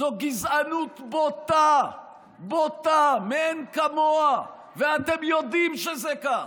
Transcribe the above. זאת גזענות בוטה מאין כמוה, ואתם יודעים שזה כך.